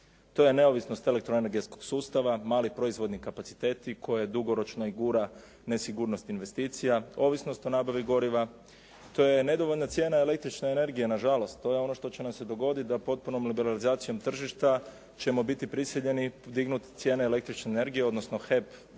To je neovisnost elektro energetskog sustava, mali proizvodni kapaciteti koje dugoročno i gura nesigurnost investicija, ovisnost o nabavi goriva. To je nedovoljna cijena električne energije na žalost. To je ono što će nam se dogoditi da potpunom liberalizacijom tržišta ćemo biti prisiljeni dignut cijene električne energije, odnosno HEP